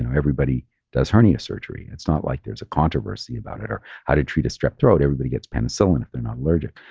and everybody does hernia surgery. it's not like there's a controversy about it or how to treat a strep throat. everybody gets penicillin if they're not allergic.